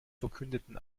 verkündeten